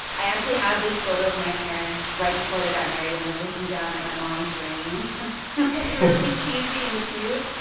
i actually have this photo of my parents right before they got married. and they're looking down at my mom's ring really cheesy and cute.